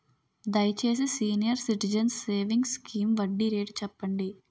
దయచేసి senior citizens savings scheme వడ్డీ rate చెప్పండి